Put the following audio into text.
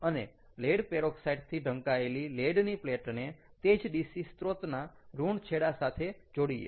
અને લેડ પેરોક્સાઈડથી ઢકાયેલી લેડની પ્લેટને તે જ DC સ્ત્રોતના ઋણ છેડા સાથે જોડીએ